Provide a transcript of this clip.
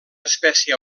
espècie